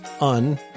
Un